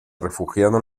refugiado